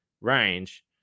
range